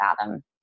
fathom